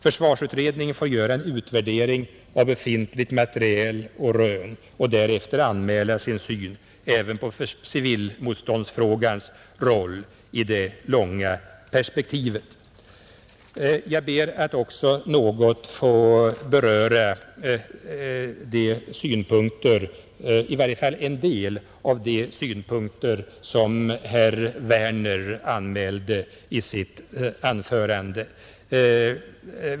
Försvarsutredningen får göra en utvärdering av befintligt material och gjorda rön och därefter anmäla sin syn även på civilmotståndets roll i det långa perspektivet. Jag ber att också något få beröra i varje fall en del av de synpunkter som herr Werner i Tyresö anmälde i sitt anförande.